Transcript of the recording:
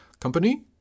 Company